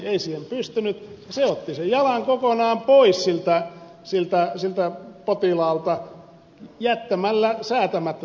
se otti sen jalan kokonaan pois siltä potilaalta jättämällä säätämättä tämän lain